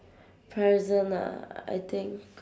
present ah I think